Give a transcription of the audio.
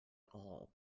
all